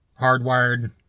Hardwired